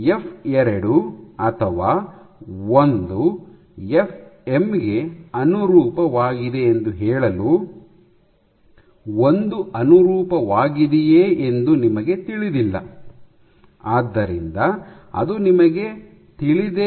ಎಫ್2 ಅಥವಾ ಒಂದು F M ಗೆ ಅನುರೂಪವಾಗಿದೆ ಎಂದು ಹೇಳಲು ಒಂದು ಅನುರೂಪವಾಗಿದೆಯೆ ಎಂದು ನಿಮಗೆ ತಿಳಿದಿಲ್ಲ